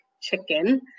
Chicken